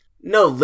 No